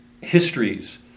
histories